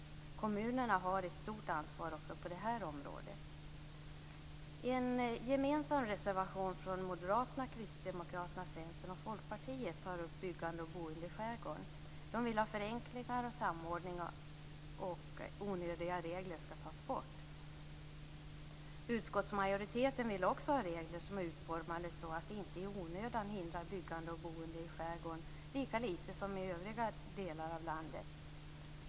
Kommunerna har ett stort ansvar också på det här området. Kristdemokraterna, Centern och Folkpartiet tar upp byggande och boende i skärgården. De vill ha förenkling och samordning av regler och vill att onödiga regler skall tas bort. Utskottsmajoriteten vill också ha regler som är utformade så att de inte i onödan hindrar byggande och boende i skärgården, lika lite som i övriga delar av landet.